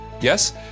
Yes